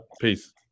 Peace